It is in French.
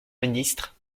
ministre